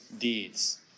deeds